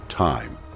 Time